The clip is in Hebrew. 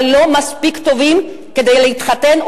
אבל לא מספיק טובים כדי להתחתן,